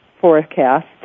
forecast